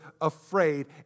afraid